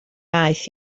aeth